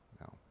No